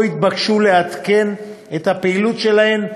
שבו התבקשו לעדכן את הפעילות שלהם,